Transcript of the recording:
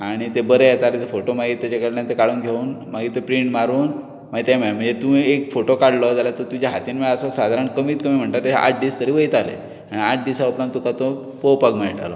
आनी ते बरें येताले जे फोटो मागीर तेचे कडल्यान ते काडून घेवन मागीर ते प्रींट मारून मागीर ते मे म्हणजे तुयें एक फोटो काडलो जाल्यार तो तुज्या हातीन मेळासर सादारण कमीत कमी म्हणटा ते आठ दीस तरी वयताले आनी आठ दिसां उपरांत तुका तो पोवपाक मेळटालो